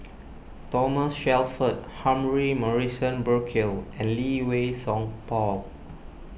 Thomas Shelford Humphrey Morrison Burkill and Lee Wei Song Paul